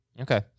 Okay